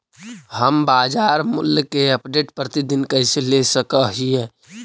हम बाजार मूल्य के अपडेट, प्रतिदिन कैसे ले सक हिय?